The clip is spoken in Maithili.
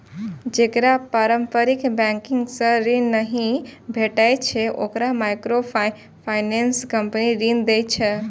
जेकरा पारंपरिक बैंकिंग सं ऋण नहि भेटै छै, ओकरा माइक्रोफाइनेंस कंपनी ऋण दै छै